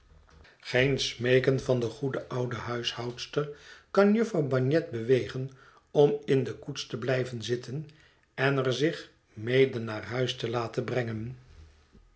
geen smeeken van de goede oude huishoudster kan jufvrouw bagnet bewegen om in de koets te blijven zitten en er zich mede naar huis te laten brengen